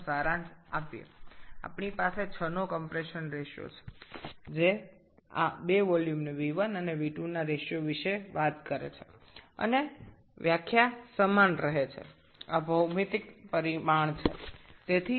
সুতরাং এই চিত্রটি ব্যবহার করে আসুন প্রদত্ত তথ্যগুলি সংক্ষিপ্ত করে দেখি